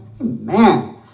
Amen